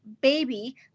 baby